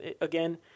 again